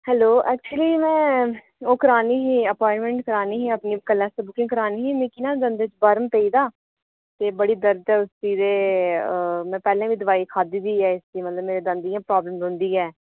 hello actually में ओह् करानी ही अपाइंटमेंट करानी ही अपनी कल्ले आस्तै बुकिंग करानी ही मिकी ना दंदे च बर्म पेई दा ते बड़ी दर्द ऐ उस्सी ते में पैह्लें बी दवाई खाद्धी दी ऐ इस्सी मतलब मेरे दंद गी इ'यां प्राब्लम रौंह्दी ऐ